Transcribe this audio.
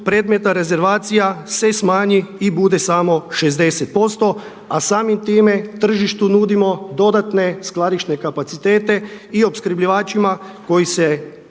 predmetna rezervacija se smanji i bude samo 60%, a samim time tržištu nudimo dodatne skladišne kapacitete i opskrbljivačima koji se